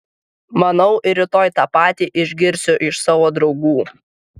manau ir rytoj tą patį išgirsiu iš savo draugų